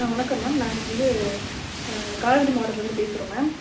ஆ வணக்கம் மேம் நாங்கள் வந்து காரைக்குடி மாவட்டத்துலிருந்து பேசுகிறோம் மேம்